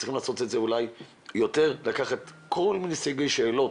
צריכים לעשות את זה אולי יותר לקחת כל מיני סוגי שאלות,